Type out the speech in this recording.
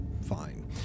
fine